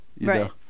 Right